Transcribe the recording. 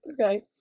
Okay